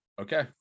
Okay